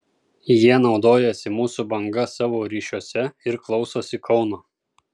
jie naudojasi mūsų banga savo ryšiuose ir klausosi kauno